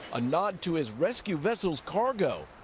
a nod to his rescue vessel's cargo,